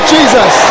Jesus